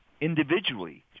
individually